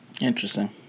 interesting